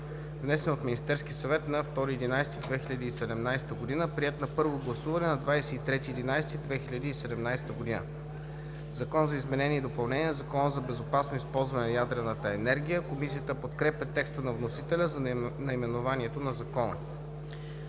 внесен от Министерския съвет на 2 ноември 2017 г., приет на първо гласуване на 23 ноември 2017 г.“ „Закон за изменение и допълнение на Закона за безопасно използване на ядрената енергия“. Комисията подкрепя текста на вносителя за наименованието на Закона.